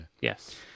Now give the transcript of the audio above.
Yes